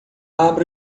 abra